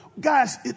Guys